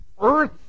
earth